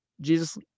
Jesus